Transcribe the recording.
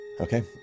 Okay